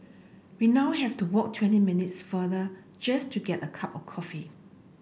we now have to walk twenty minutes futher just to get a cup of coffee